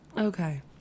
Okay